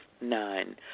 Nine